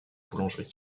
boulangerie